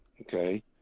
okay